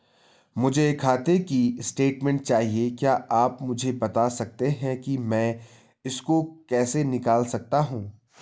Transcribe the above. मुझे खाते की स्टेटमेंट चाहिए क्या आप मुझे बताना सकते हैं कि मैं इसको कैसे निकाल सकता हूँ?